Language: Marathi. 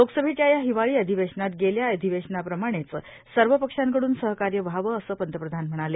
लोकसभेच्या या हिवाळी अधिवेशनात गेल्या अधिवेशना प्रमाणेच सर्व पक्षाकडून सहकार्य व्हावं असं पंतप्रधान म्हणाले